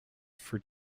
for